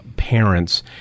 parents